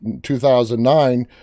2009